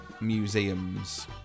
museum's